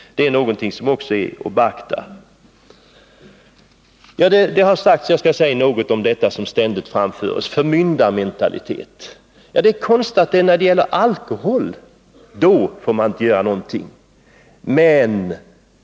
Det är någonting att beakta. Man har talat om förmyndarmentalitet. Jag skall säga något om detta som ständigt framförs. Det är konstigt att när det gäller alkohol får man inte göra någonting.